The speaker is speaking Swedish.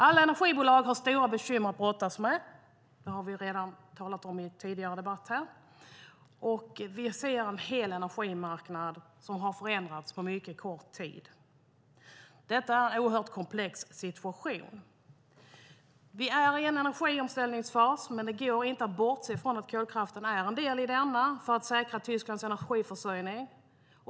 Alla energibolag har stora bekymmer att brottas med - det har vi redan talat om i den tidigare debatten här - och vi ser en hel energimarknad som har förändrats på mycket kort tid. Detta är en oerhört komplex situation. Vi är inne i en energiomställningsfas, men det går inte att bortse från att kolkraften är en del i denna för att säkra Tysklands energiförsörjning.